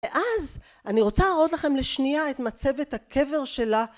ואז אני רוצה להראות לכם לשנייה את מצבת הקבר שלה..